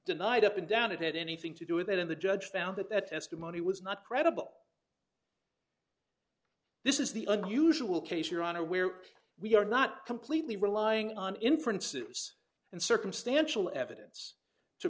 denied up and down it had anything to do with it and the judge found that that testimony was not credible this is the unusual case your honor where we are not completely relying on inference it was and circumstantial evidence to